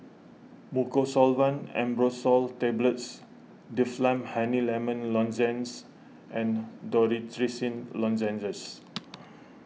Mucosolvan Ambroxol Tablets Difflam Honey Lemon Lozenges and Dorithricin Lozenges